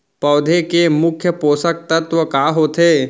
पौधे के मुख्य पोसक तत्व का होथे?